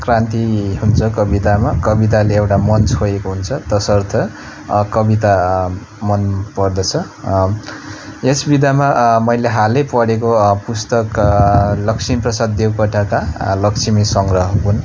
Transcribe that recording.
क्रान्ति हुन्छ कवितामा कविताले एउटा मन छोएको हुन्छ त्यसर्थ कविता मन पर्दछ यस विधामा मैले हालै पढेको पुस्तक लक्ष्मीप्रसाद देवकोटाका लक्ष्मी सङग्रह हुन्